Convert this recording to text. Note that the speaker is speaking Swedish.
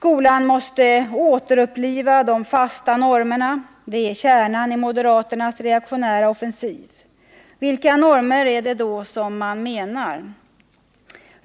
Kärnan i moderaternas reaktionära offensiv är att skolan måste återuppliva de fasta normerna. Vilka normer är det då man avser?